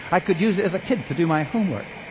i could use it as a kid to do my homework.